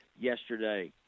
yesterday